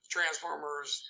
Transformers